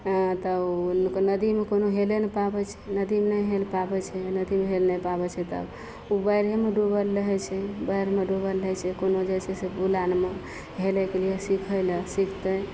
अऽ तऽ ओ नदीमे कोनो हेले नहि पाबय छै नदीमे नहि हेल पाबय छै नदीमे हेल नहि पाबय छै तब उ बाइढ़ेमे डुबल रहय छै बाढ़िमे डुबल रहय छै कुनो जे छै से बुलानमे हेलयके लिये सीखय लए सिखतय